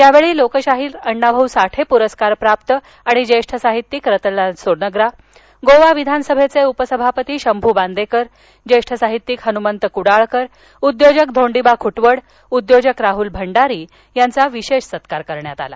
यावेळी लोकशाहीर अण्णा भाऊ साठे प्रस्कार प्राप्त आणि ज्येष्ठ साहित्यिक रतनलाल सोनग्रा गोवा विधानसभेचे उपसभापती शंभु बांदेकर ज्येष्ठ साहित्यिक हनुमंत क्डाळकर उद्योजक धोंडिबा ख्डवट उद्योजक राहल भंडारी यांचा विशेष सत्कार करण्यात आला